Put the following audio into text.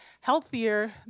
healthier